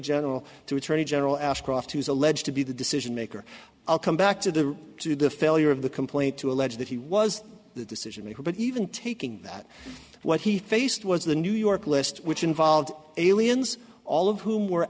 general to attorney general ashcroft who is alleged to be the decision maker i'll come back to the to the failure of the complaint to allege that he was the decision maker but even taking that what he faced was the new york list which involved aliens all of whom were